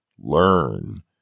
learn